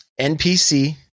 NPC